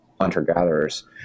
hunter-gatherers